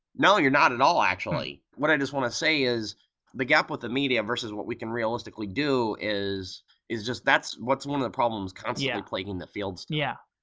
no, you're not at all, actually. what i just want to say is the gap with the media versus what we can realistically do is is just, that's one of the problems constantly plaguing the field yeah